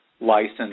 license